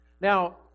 Now